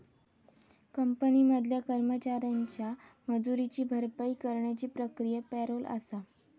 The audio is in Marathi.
कंपनी मधल्या कर्मचाऱ्यांच्या मजुरीची भरपाई करण्याची प्रक्रिया पॅरोल आसा